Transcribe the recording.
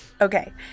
Okay